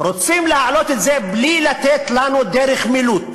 רוצים להעלות את זה בלי לתת לנו דרך מילוט.